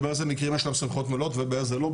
באילו מקרים יש להם סמכויות מלאות ובאילו לא.